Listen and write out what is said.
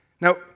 Now